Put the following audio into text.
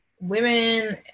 Women